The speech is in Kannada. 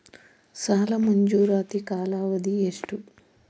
ಸಾಲ ಮಂಜೂರಾತಿ ಕಾಲಾವಧಿ ಎಷ್ಟು?